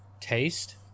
taste